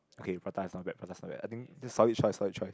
okay prata is not bad prata is not bad I think this solid choice solid choice